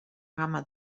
gamma